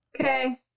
okay